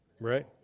Right